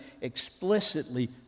explicitly